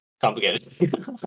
Complicated